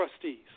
trustees